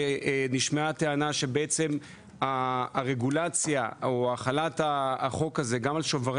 נשמעה טענה לפיה החלת החוק הזה גם על שוברי